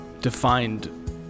defined